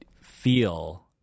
feel